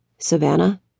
Savannah